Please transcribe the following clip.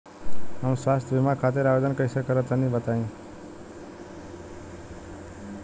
हम स्वास्थ्य बीमा खातिर आवेदन कइसे करि तनि बताई?